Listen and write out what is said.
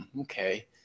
okay